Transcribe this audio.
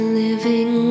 living